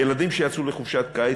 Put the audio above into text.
ילדים שיצאו לחופשת קיץ,